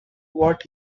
what